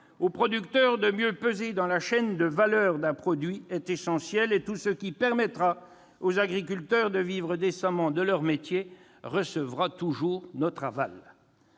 aux producteurs de mieux peser dans la chaîne de valeur d'un produit est essentiel. Tout ce qui permettra aux agriculteurs de vivre décemment de leur métier recevra notre aval.